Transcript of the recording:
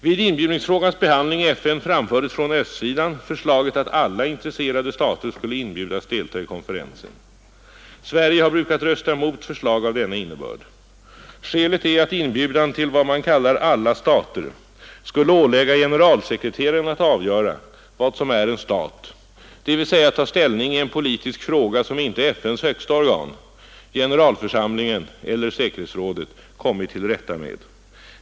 Vid inbjudningsfrågans behandling i FN framfördes från östsidan förslaget att alla intresserade stater skulle inbjudas deltaga i konferensen. Sverige har brukat rösta mot förslag av denna innebörd. Skälet är att inbjudan till vad man kallar alla stater skulle ålägga generalsekreteraren att avgöra vad som är en stat, dvs. att ta ställning i en politisk fråga som inte FN:s högsta organ, generalförsamlingen eller säkerhetsrådet, kommit till rätta med.